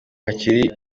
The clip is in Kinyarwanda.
hakiri